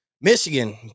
Michigan